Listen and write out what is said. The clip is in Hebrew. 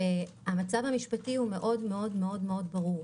המצב המשפטי הוא מאוד-מאוד ברור.